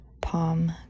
palm